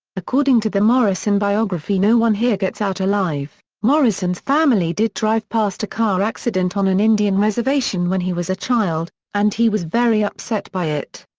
according to the morrison biography no one here gets out alive, morrison's family did drive past a car accident on an indian reservation when he was a child, and he was very upset by it.